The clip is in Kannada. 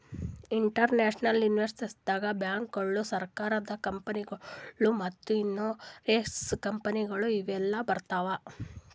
ಇಸ್ಟಿಟ್ಯೂಷನಲ್ ಇನ್ವೆಸ್ಟರ್ಸ್ ದಾಗ್ ಬ್ಯಾಂಕ್ಗೋಳು, ಸರಕಾರದ ಕಂಪನಿಗೊಳು ಮತ್ತ್ ಇನ್ಸೂರೆನ್ಸ್ ಕಂಪನಿಗೊಳು ಇವೆಲ್ಲಾ ಬರ್ತವ್